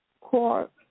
court